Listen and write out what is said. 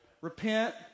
repent